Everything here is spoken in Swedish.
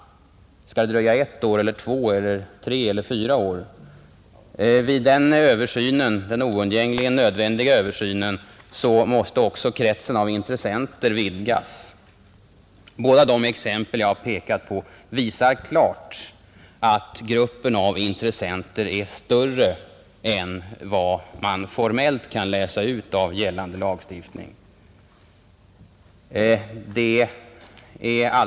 Skall det dröja ett år eller två år eller tre år eller fyra år? Vid den oundgängligen nodvändiga översynen måste också kretsen av intressenter vidgas. Båda de exempel jag har pekat på visar klart att gruppen av intressenter är större än vad man formellt kan läsa ut av gällande lagstiftning.